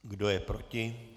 Kdo je proti?